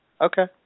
Okay